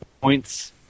points